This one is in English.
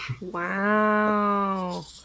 wow